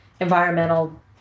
environmental